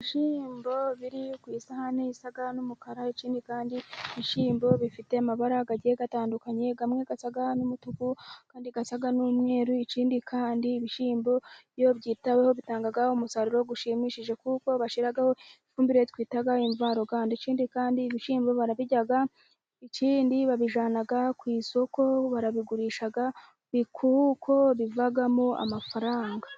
Ibishyimbo biri ku isahani isa n'umukara. ikindi kandi ibishyimbo bifite amabara agiye atandukanye. Amwe asa n'umutuku, andi asa n'umweru, ikindi kandi ibishyimbo iyo byitaweho bitanga umusaruro ushimishije, kuko bashyiraho ifumbire twita imvaruganda. Ikindi kandi ibishyimbo barabirya, ikindi babijyana ku isoko barabigurisha kuko bivamo amafaranga.